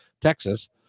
Texas